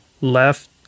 left